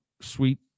Sweet